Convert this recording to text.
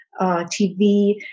TV